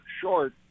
short